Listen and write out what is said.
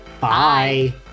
Bye